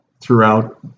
throughout